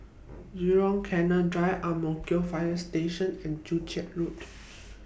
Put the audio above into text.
Jurong Canal Drive Ang Mo Kio Fire Station and Joo Chiat Road